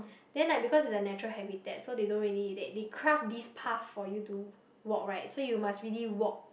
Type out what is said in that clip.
then like because it's a natural habitat so they don't really they they craft this path for you to walk right so you must really walk